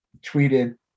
tweeted